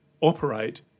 operate